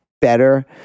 better